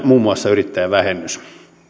muun muassa yrittäjävähennys